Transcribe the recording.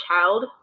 child